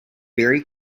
very